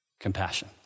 compassion